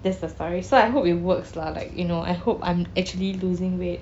that's the story so I hope it works lah like you know I hope I'm actually losing weight